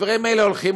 והדברים האלה הולכים,